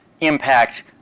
impact